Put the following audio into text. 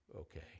okay